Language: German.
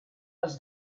als